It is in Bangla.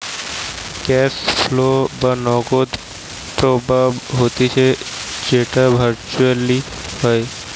ক্যাশ ফ্লো বা নগদ প্রবাহ হতিছে যেটো ভার্চুয়ালি হয়